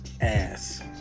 ass